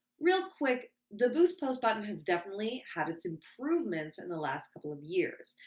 real quick, the boost post button has definitely had its improvements in the last couple of years.